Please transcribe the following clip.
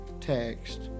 text